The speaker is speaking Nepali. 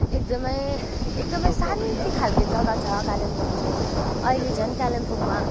एकदमै एकदमै शान्तिखालको जग्गा छ कालिम्पोङ चाहिँ अहिले झन् कालिम्पोङमा